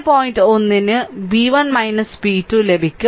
1 ന് v1 v2 ലഭിക്കും